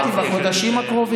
אמרתי, בחודשים הקרובים.